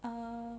err